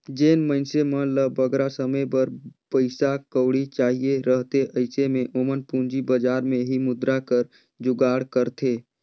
जेन मइनसे मन ल बगरा समे बर पइसा कउड़ी चाहिए रहथे अइसे में ओमन पूंजी बजार में ही मुद्रा कर जुगाड़ करथे